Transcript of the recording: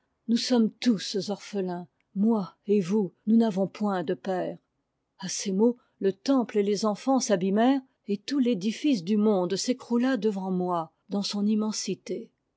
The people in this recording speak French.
nous sommes tous orphelins moi et vous nous n'avons point de père a ces mots le temple et les enfants s'a mmèrent et tout l'édifice du monde s'écroula devant moi dans son immensité